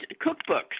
cookbooks